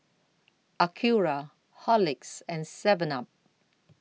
Acura Horlicks and Seven up